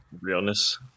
Realness